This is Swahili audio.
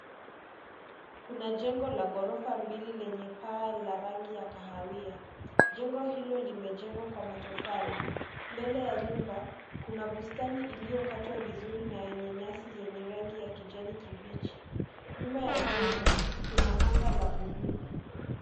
Kuna jengo la ghorofa mbili lenye paa la rangi ya kahawia. Jengo hilo limejengwa kwa matofali. Mbele ya nyumba kuna bustani iliyo katwa vizuri na yenye nyasi zenye rangi ya kijani kibichi. Nyuma ya jengo kuna anga ya buluu.